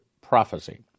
PROPHECY